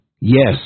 yes